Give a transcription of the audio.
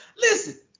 listen